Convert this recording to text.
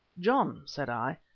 john, said i,